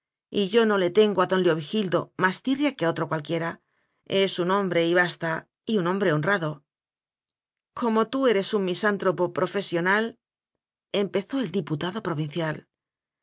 yo no le tengo a don leovigildo más tirria que a otro cual quiera es un hombre y basta y un hombre honrado como tú eres un misántropo profesio nal empezó el diputado provincial